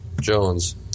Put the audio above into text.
Jones